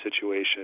situation